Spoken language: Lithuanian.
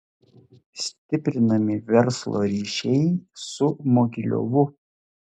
stiprinami verslo ryšiai su mogiliovu